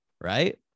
right